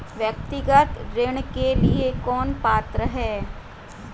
व्यक्तिगत ऋण के लिए कौन पात्र है?